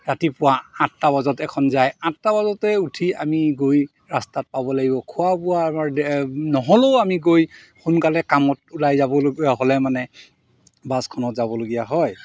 ৰাতিপুৱা আঠটা বজাত এখন যায় আঠটা বজাতে উঠি আমি গৈ ৰাস্তাত পাব লাগিব খোৱা বোৱা আমাৰ নহ'লেও আমি গৈ সোনকালে কামত ওলাই যাবলগীয়া হ'লে মানে বাছখনত যাবলগীয়া হয়